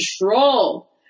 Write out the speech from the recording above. control